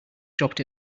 dropped